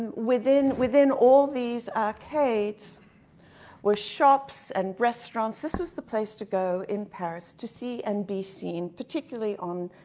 and within within all of these arcades were shops, and restaurants. this is the place to go in paris to see and be seen, particularly on